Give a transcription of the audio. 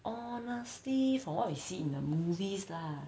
honestly from what we see in the movies lah